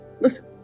listen